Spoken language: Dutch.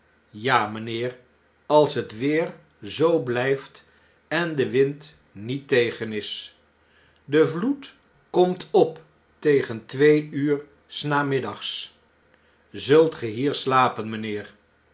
ja mn'nheer als het weer zoo blflft en de wind niet tegen is de vloed komt op tegen twee uur s namiddags zult ge hier slapen